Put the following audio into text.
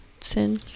sin